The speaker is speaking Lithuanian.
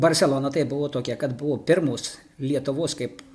barcelona taip buvo tokiae kad buvo pirmos lietuvos kaip